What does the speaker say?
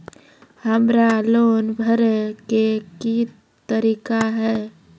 हमरा लोन भरे के की तरीका है?